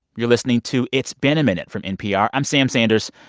you're listening to it's been a minute from npr. i'm sam sanders.